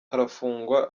arafungwa